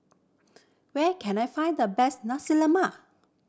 where can I find the best Nasi Lemak